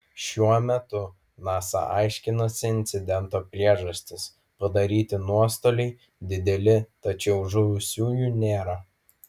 šiuo metu nasa aiškinasi incidento priežastis padaryti nuostoliai dideli tačiau žuvusiųjų nėra